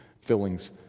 fillings